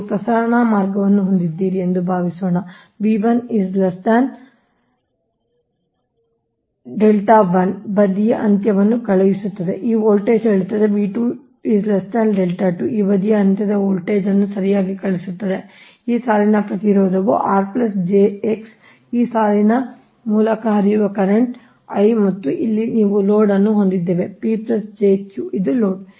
ನೀವು ಪ್ರಸರಣ ಮಾರ್ಗವನ್ನು ಹೊಂದಿದ್ದೀರಿ ಎಂದು ಭಾವಿಸೋಣ ಬದಿಯು ಅಂತ್ಯವನ್ನು ಕಳುಹಿಸುತ್ತಿದೆ ಈ ವೋಲ್ಟೇಜ್ ಹೇಳುತ್ತದೆ ಈ ಬದಿಯು ಅಂತ್ಯದ ವೋಲ್ಟೇಜ್ ಅನ್ನು ಸರಿಯಾಗಿ ಕಳುಹಿಸುತ್ತಿದೆ ಈ ಸಾಲಿನ ಪ್ರತಿರೋಧವು r jx ಈ ಸಾಲಿನ ಮೂಲಕ ಹರಿಯುವ ಕರೆಂಟ್ I ಮತ್ತು ಇಲ್ಲಿ ನೀವು ಲೋಡ್ ಅನ್ನು ಹೊಂದಿವೆ P j Q ಇದು ಲೋಡ್